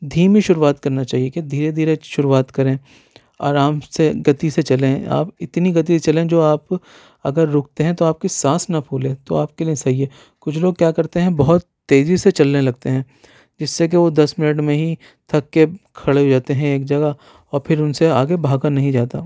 دھیمی شروعات کرنا چاہیے کہ دھیرے دھیرے شروعات کریں آرام سے گتی سے چلیں آپ اتنی گتی سے چلیں جو آپ اگر رکتے ہیں تو آپ کی سانس نہ پھولے تو آپ کے لیے صحیح ہے کچھ لوگ کیا کرتے ہیں بہت تیزی سے چلنے لگتے ہیں جس سے کہ وہ دس منٹ میں ہی تھک کے کھڑے ہو جاتے ہیں ایک جگہ اور پھر ان سے آگے بھاگا نہیں جاتا